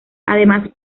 además